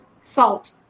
salt